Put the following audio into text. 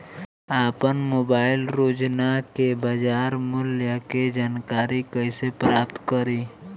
आपन मोबाइल रोजना के बाजार मुल्य के जानकारी कइसे प्राप्त करी?